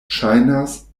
ŝajnas